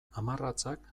hamarratzak